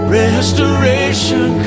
restoration